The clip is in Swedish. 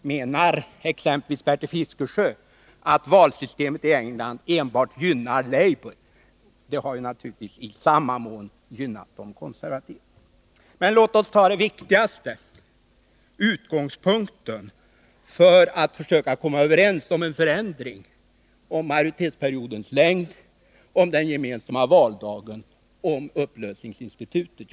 Menar Bertil Fiskesjö att exempelvis valsystemet i England enbart gynnar Labour? Det har naturligtvis i samma mån gynnat de konservativa. Men låt oss se på det viktigaste: utgångspunkten för att försöka komma överens om en förändring av mandatperiodens längd, om den gemensamma valdagen och om upplösningsinstitutet.